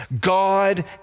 God